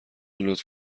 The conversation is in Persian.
لطف